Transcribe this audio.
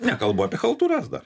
nekalbu apie chaltūras dar